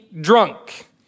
drunk